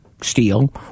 steel